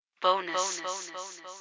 Bonus